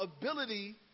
ability